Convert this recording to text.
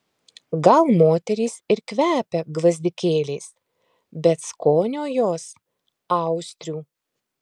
gal moterys ir kvepia gvazdikėliais bet skonio jos austrių